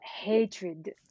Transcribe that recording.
hatred